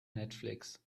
netflix